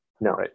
No